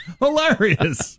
Hilarious